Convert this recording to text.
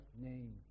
name